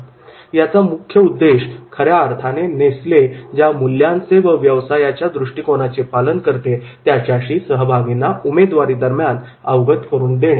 याचा मुख्य उद्देश खऱ्या अर्थाने नेसले ज्या मूल्यांचे व व्यवसायाच्या दृष्टिकोनाचे पालन करते त्याच्याशी सहभागींना उमेदवारी दरम्यान अवगत करून देणे